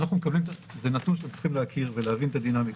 זה נתון שאתם צריכים להכיר ולהבין את הדינמיקה.